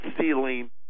ceiling